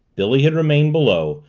billy had remained below,